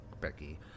becky